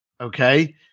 okay